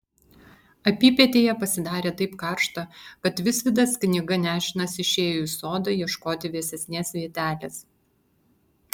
apypietėje pasidarė taip karšta kad visvydas knyga nešinas išėjo į sodą ieškoti vėsesnės vietelės